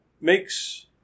makes